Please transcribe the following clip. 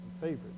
favorite